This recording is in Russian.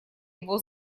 его